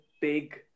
big